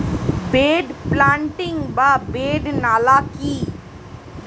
Bed planting বা bed নালা কি?